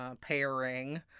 pairing